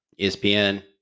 ESPN